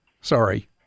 Sorry